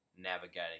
navigating